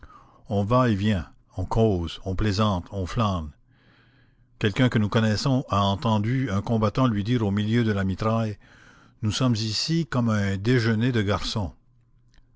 on va et vient on cause on plaisante on flâne quelqu'un que nous connaissons a entendu un combattant lui dire au milieu de la mitraille nous sommes ici comme à un déjeuner de garçons